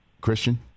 Christian